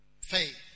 faith